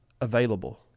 Available